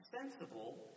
sensible